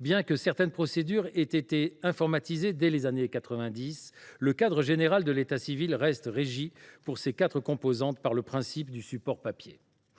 bien que certaines procédures aient été informatisées dès les années 1990, le cadre général de l’état civil reste régi, pour ses quatre composantes, par le principe du support papier.